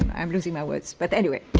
i'm losing my words. but, anyway,